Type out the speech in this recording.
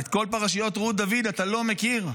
את כל פרשיות רות דוד, אתה לא מכיר?